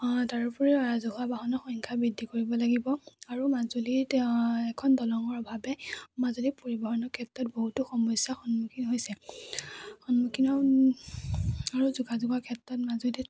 তাৰোপৰি ৰাজহুৱা বাহনৰ সংখ্যা বৃদ্ধি কৰিব লাগিব আৰু মাজুলীত এখন দলঙৰ অভাৱে মাজুলীৰ পৰিৱহণৰ ক্ষেত্ৰত বহুতো সমস্যাৰ সন্মুখীন হৈছে সন্মুখীন আৰু যোগাযোগৰ ক্ষেত্ৰত মাজুলীত